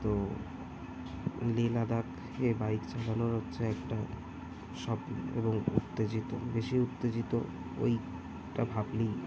তো লেহ লাদাখে বাইক চালানোর হচ্ছে একটা স্বপ্ন এবং উত্তেজিত বেশি উত্তেজিত ওইটা ভাবলেই